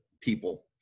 people